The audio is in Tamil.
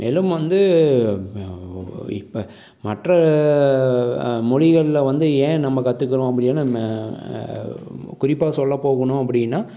மேலும் வந்து ம இப்போ மற்ற மொழிகளில் வந்து ஏன் நம்ம கற்றுக்கறோம் அப்படின்னா நம்ம குறிப்பாக சொல்லப் போகணும் அப்படின்னா